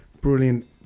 brilliant